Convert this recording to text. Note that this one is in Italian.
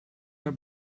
alla